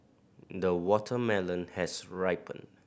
the watermelon has ripened